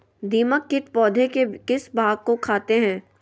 दीमक किट पौधे के किस भाग को खाते हैं?